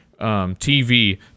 TV